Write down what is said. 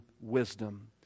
wisdom